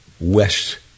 West